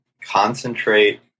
concentrate